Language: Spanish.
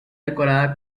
decorada